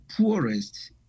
poorest